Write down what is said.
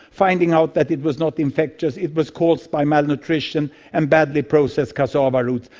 finding out that it was not infectious, it was caused by malnutrition and badly processed cassava roots.